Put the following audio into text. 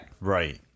right